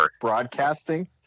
broadcasting